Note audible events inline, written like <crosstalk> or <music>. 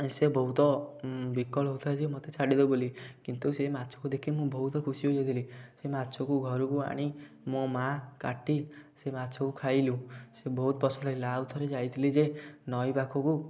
ସେ ବହୁତ ବିକଳ ହେଉଥାଏ ଯେ ମୋତେ ଛାଡ଼ିବେ ବୋଲି କିନ୍ତୁ ସେ ମାଛକୁ ଦେଖି ମୁଁ ବହୁତ ଖୁସି ହୋଇଗଲି ସେ ମାଛକୁ ଘରକୁ ଆଣି ମୋ ମାଆ କାଟି ସେ ମାଛକୁ ଖାଇଲୁ ସେ ବହୁତ <unintelligible> ଆଉ ଥରେ ଯାଇଥିଲି ଯେ ନଈ ପାଖକୁ